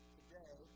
today